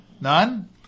None